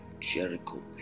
Jericho